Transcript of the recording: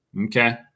Okay